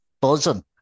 buzzing